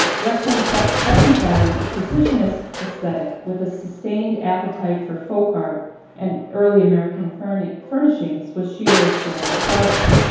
reconciling reconciling a precisionist aesthetic with a sustained appetite for folk art and early american furnishing furnishing was sheeler's grand project,